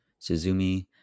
Suzumi